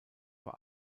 vor